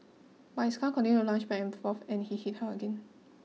but his car continued to lunge back and forth and he hit her again